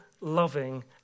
loving